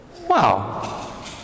wow